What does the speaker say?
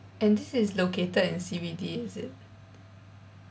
and this is located in C_B_D is it